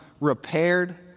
repaired